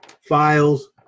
files